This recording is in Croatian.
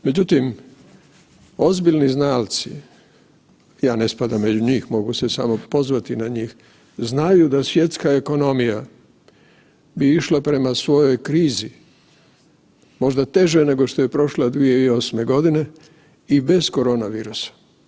Međutim, ozbiljni znalci, ja ne spadam među njih, mogu se samo pozvati na njih, znaju da svjetska ekonomija bi išla prema svojoj krizi, možda teže nego što je prošla 2008.g. i bez koronavirusa.